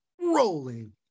rolling